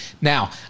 Now